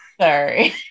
Sorry